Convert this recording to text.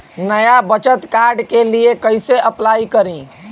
नया बचत कार्ड के लिए कइसे अपलाई करी?